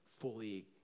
fully